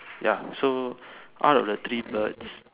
ya so out of the three birds